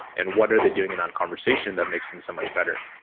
and what are they doing in on conversation, that makes them so much better.